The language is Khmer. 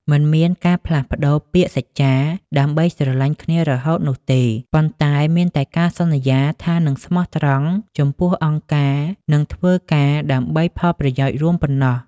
មិនមានការផ្លាស់ប្តូរពាក្យសច្ចាដើម្បីស្រឡាញ់គ្នារហូតនោះទេ ប៉ុន្តែមានតែការសន្យាថានឹងស្មោះត្រង់ចំពោះអង្គការនិងធ្វើការដើម្បីផលប្រយោជន៍រួមប៉ុណ្ណោះ។